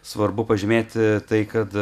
svarbu pažymėti tai kad